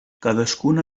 cadascuna